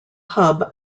hub